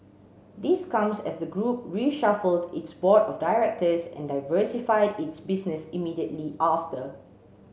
this comes as the group reshuffled its board of directors and diversified its business immediately after